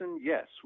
Yes